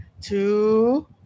two